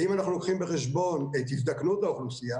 ואם אנחנו לוקחים בחשבון את הזדקנות האוכלוסייה,